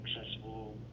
accessible